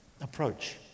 approach